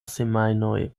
semajnoj